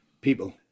people